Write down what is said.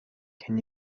can